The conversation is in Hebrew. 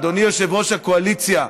אדוני יושב-ראש הקואליציה,